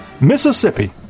Mississippi